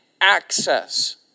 access